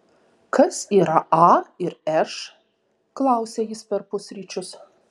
kas yra a ir š klausia jis per pusryčius